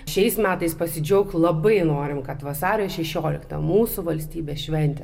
šiais metais pasidžiaug labai norim kad vasario šešioliktą mūsų valstybės šventę